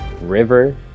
river